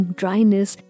dryness